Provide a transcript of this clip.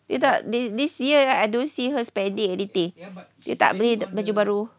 you tahu this this year I don't see her spending anything dia tak beli baju baru